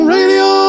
Radio